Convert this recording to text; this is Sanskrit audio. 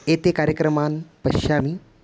एते कार्यक्रमान् पश्यामि